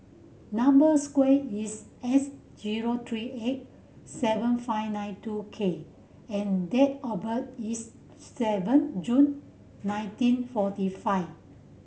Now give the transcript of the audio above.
number square is S zero three eight seven five nine two K and date of birth is seven June nineteen forty five